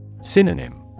Synonym